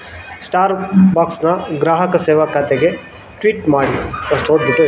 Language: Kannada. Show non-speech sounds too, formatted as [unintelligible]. ಸ್ಟಾರ್ಬಕ್ಸ್ನ ಗ್ರಾಹಕ ಸೇವಾ ಖಾತೆಗೆ ಟ್ವೀಟ್ ಮಾಡಿ [unintelligible]